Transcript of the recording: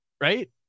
right